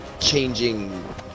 changing